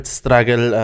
struggle